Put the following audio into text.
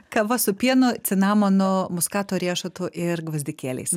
kava su pienu cinamonu muskato riešutu ir gvazdikėliais